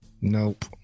Nope